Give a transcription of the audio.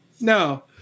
No